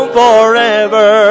forever